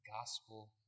gospel